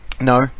No